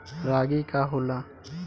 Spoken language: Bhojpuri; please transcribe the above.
रागी का होला?